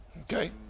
Okay